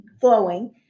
flowing